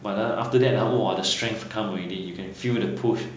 but ha after that uh !wah! the strength come already you can feel the push